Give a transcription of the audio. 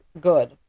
good